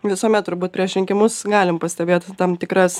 visuomet turbūt prieš rinkimus galim pastebėt tam tikras